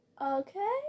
Okay